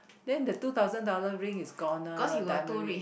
then the two thousand dollar ring is goner diamond ring